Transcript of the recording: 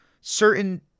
certain